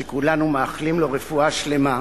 שכולנו מאחלים לו רפואה שלמה.